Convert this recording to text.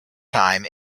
time